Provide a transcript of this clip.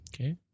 Okay